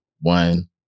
one